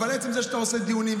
אבל עצם זה שאתה עושה דיונים,